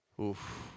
Oof